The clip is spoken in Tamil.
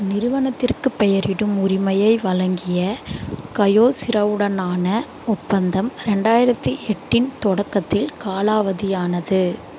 நிறுவனத்திற்கு பெயரிடும் உரிமையை வழங்கிய கயோசிராவுடனான ஒப்பந்தம் ரெண்டாயிரத்தி எட்டின் தொடக்கத்தில் காலாவதியானது